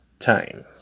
time